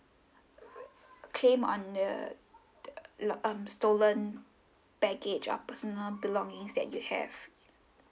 were claim on the the lug um stolen baggage of personal belongings that you have